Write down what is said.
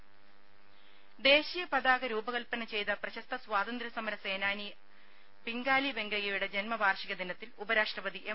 രുമ ദേശീയ പതാക രൂപകല്പന ചെയ്ത പ്രശസ്ത സ്വാതന്ത്ര്യ സമര സേനാനിയുമായിരുന്ന പിംഗാലി വെങ്കയ്യയുടെ ജന്മ വാർഷിക ദിനത്തിൽ ഉപരാഷ്ട്രപതി എം